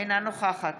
אינה נוכחת